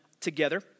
together